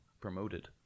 promoted